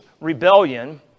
rebellion